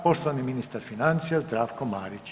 Poštovani ministra financija Zdravko Marić.